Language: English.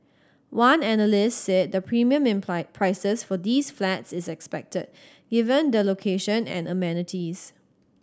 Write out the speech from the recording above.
one analyst said the premium in prices for these flats is expected given the location and amenities